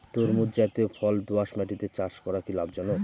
তরমুজ জাতিয় ফল দোঁয়াশ মাটিতে চাষ করা কি লাভজনক?